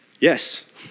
Yes